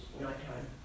nighttime